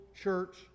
church